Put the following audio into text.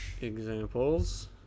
examples